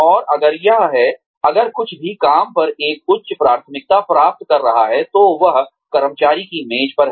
और अगर यह है अगर कुछ भी काम पर एक उच्च प्राथमिकता प्राप्त कर रहा है तो वह कर्मचारी की मेज पर है